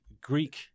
Greek